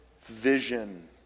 vision